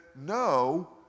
no